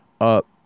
up